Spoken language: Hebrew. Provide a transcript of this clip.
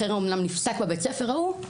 החרם אומנם נפסק בבית ספר ההוא,